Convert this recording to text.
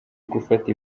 gufata